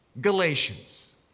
Galatians